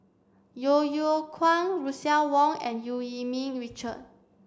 Yeo Yeow Kwang Russel Wong and Eu Yee Ming Richard